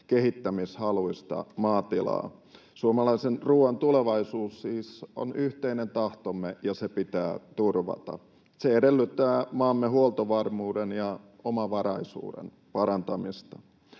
kehittämishaluista maatilaa. Suomalaisen ruuan tulevaisuus siis on yhteinen tahtomme, ja se pitää turvata. Se edellyttää maamme huoltovarmuuden ja omavaraisuuden parantamista.